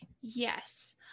Yes